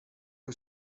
que